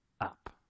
Up